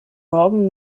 morgen